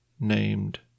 named